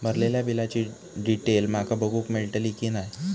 भरलेल्या बिलाची डिटेल माका बघूक मेलटली की नाय?